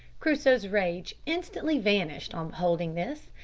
crusoe's rage instantly vanished on beholding this,